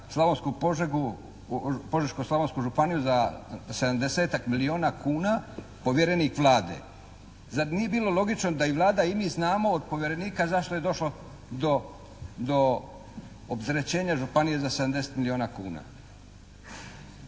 Slavonsku Požegu, Požeško-slavonsku županiju za 70-ak milijuna kuna, povjerenik Vlade. Zar nije bilo logično da i Vlada i mi znamo od povjerenika zašto je došlo do opterećenja županije za 70 milijuna kuna?